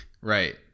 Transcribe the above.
right